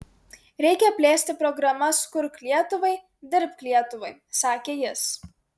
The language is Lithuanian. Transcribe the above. reikia plėsti programas kurk lietuvai dirbk lietuvai sakė jis